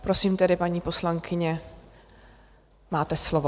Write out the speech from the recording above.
Prosím, paní poslankyně, máte slovo.